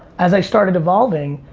as i started evolving,